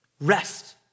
Rest